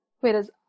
whereas